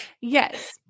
Yes